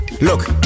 Look